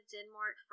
Denmark